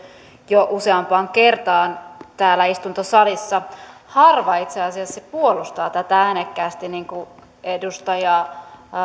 jo useampaan kertaan täällä istuntosalissa harva itse asiassa puolustaa tätä äänekkäästi niin kuin edustaja